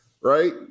right